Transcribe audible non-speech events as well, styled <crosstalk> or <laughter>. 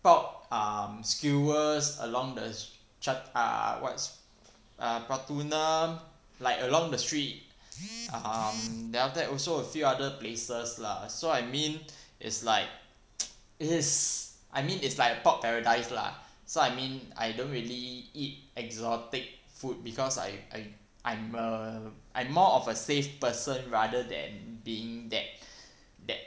pork um skewers along the chart ah what's uh pratunam like along the street um then after that also a few other places lah so I mean it's like <noise> it's I mean it's like a pork paradise lah so I mean I don't really eat exotic food because I I I'm a I more of a safe person rather than being that that